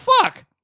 fuck